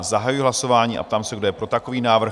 Zahajuji hlasování a ptám se, kdo je pro takový návrh?